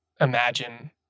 imagine